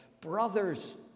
Brothers